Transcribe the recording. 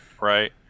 Right